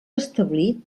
establir